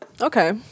okay